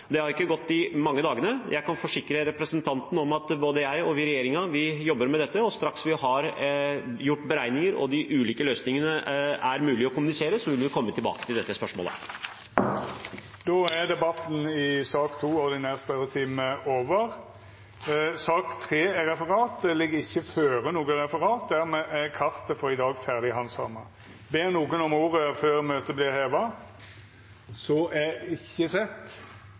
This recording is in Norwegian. det har ikke gått mange dagene. Jeg kan forsikre representanten om at både jeg og regjeringen jobber med dette, og straks vi har gjort beregninger og de ulike løsningene er mulig å kommunisere, vil vi komme tilbake til dette spørsmålet. Dette spørsmålet er overført til landbruks- og matministeren som rette vedkomande, men er utsett til neste spørjetime, då landbruks- og matministeren er bortreist. Dermed er sak nr. 2, ordinær spørjetime, slutt. Det ligg ikkje føre noko referat. Dermed er kartet for i dag handsama ferdig. Ber nokon om ordet før møtet vert heva?